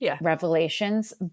revelations